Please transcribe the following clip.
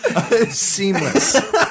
Seamless